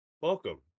Welcome